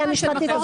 משפטית.